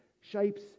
shapes